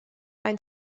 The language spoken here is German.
ein